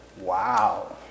Wow